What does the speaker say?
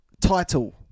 Title